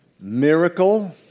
miracle